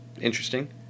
interesting